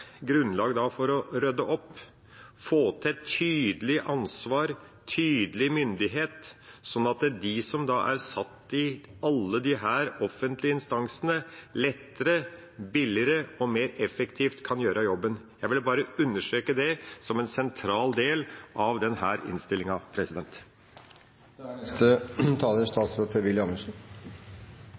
grunnlag for å rydde opp, få til et tydelig ansvar, en tydelig myndighet, slik at de som er satt i alle disse offentlige instansene, lettere, billigere og mer effektivt kan gjøre jobben. Jeg ville bare understreke det som en sentral del av denne innstillinga. Regjeringen har sørget for en betydelig styrking av den samlede satsingen på samfunnssikkerhet, som er